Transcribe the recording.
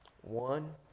one